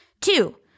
Two